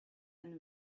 and